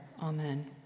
Amen